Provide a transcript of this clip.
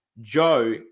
Joe